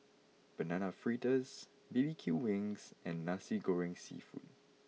Banana Fritters B B Q Wings and Nasi Goreng seafood